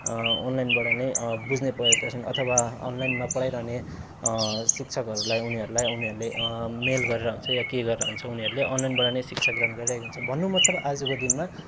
अनलाइनबाट नै बुझ्ने प्रयास गर्छन् अथवा अनलाइनमा पढाइरहने शिक्षकहरूलाई उनीहरूलाई उनीहरूले मेल गरेर हुन्छ वा के गरेर हुन्छ उनीहरूले अनलाइनबाट नै शिक्षा ग्रहण गरिहेका हुन्छन् भन्नु मतलब आजको दिनमा